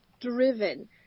driven